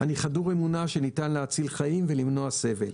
אני חדור אמונה שניתן להציל חיים ולמנוע סבל,